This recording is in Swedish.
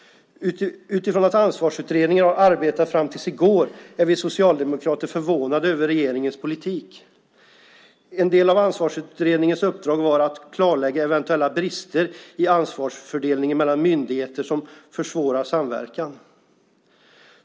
Utifrån att Ansvarsutredningen har arbetat fram tills i går är vi socialdemokrater förvånade över regeringens politik. En del av Ansvarsutredningens uppdrag var att klarlägga eventuella brister i ansvarsfördelningen mellan myndigheter som försvårar samverkan.